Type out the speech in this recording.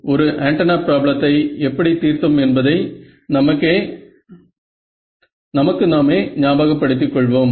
ஒரு ஆண்டனா ப்ராப்ளத்தை எப்படி தீர்த்தோம் என்பதை நமக்கு நாமே ஞாபக படுத்திக்கொள்வோம்